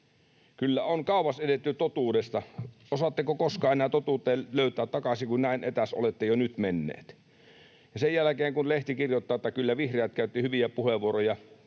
Kyllä on kauas edetty totuudesta. Osaatteko koskaan enää totuuteen löytää takaisin, kun näin etäs olette jo nyt menneet? Ja sen jälkeen lehti kirjoittaa, että kyllä vihreät käyttivät hyviä puheenvuoroja